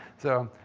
so.